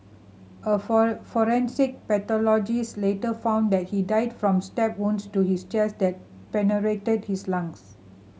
a forensic pathologist later found that he died from stab wounds to his chest that penetrated his lungs